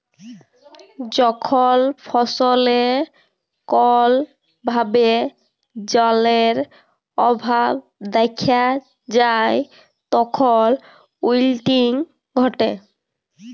যখল ফসলে কল ভাবে জালের অভাব দ্যাখা যায় তখল উইলটিং ঘটে